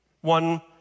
One